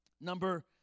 Number